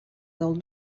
del